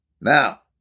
Now